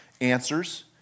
answers